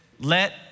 let